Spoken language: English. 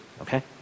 okay